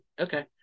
Okay